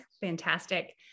Fantastic